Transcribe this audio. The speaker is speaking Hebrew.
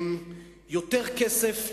יותר כסף,